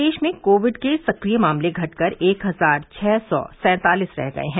प्रदेश में कोविड के सक्रिय मामले घटकर एक हजार छः सौ सैंतालीस रह गये है